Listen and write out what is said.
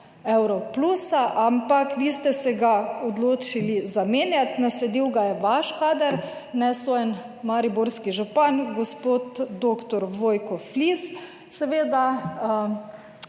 evrov plusa, ampak vi ste se ga odločili zamenjati, nasledil ga je vaš kader, nesojen mariborski župan gospod dr. Vojko Flis. Seveda